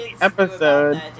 episode